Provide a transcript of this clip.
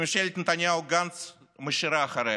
שממשלת נתניהו-גנץ משאירה אחריה.